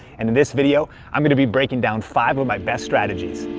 and in this video i'm gonna be breaking down five of my best strategies.